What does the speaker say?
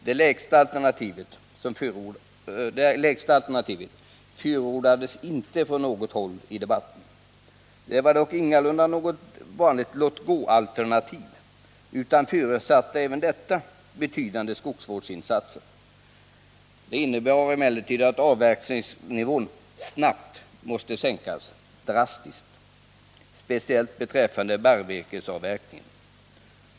Det lägsta alternativet förordades inte från något håll i debatten. Det var dock ingalunda något låt-gå-alternativ, utan även detta förutsatte betydande skogsvårdsinsatser. Det innebar emellertid att avverkningsnivån snabbt måste sänkas drastiskt, speciellt beträffande barrvirkesavverkningen.